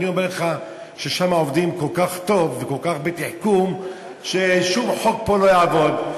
אני אומר לך ששם עובדים כל כך טוב וכל כך בתחכום ששום חוק פה לא יעבוד,